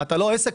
אתה לא עסק?